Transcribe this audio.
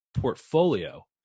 portfolio